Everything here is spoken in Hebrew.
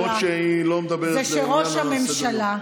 למרות שהיא לא מדברת לעניין שעל סדר-היום.